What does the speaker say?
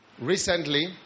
Recently